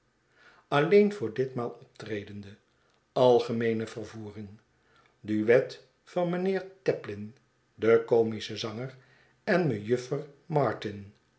alleen voor ditmaal optredende algemeene vervoering duet van mijnheer taplin de comische zanger en mejuffer martin